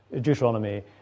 Deuteronomy